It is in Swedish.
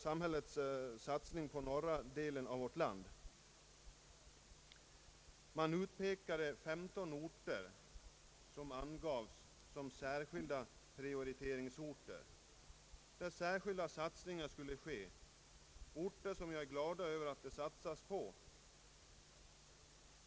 15 orter angavs som Pprioriteringsorter, d.v.s. orter där särskilda satsningar skulle göras. Jag är glad över att det satsas på dessa.